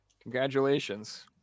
Congratulations